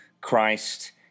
Christ